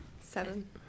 Seven